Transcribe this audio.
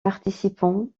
participants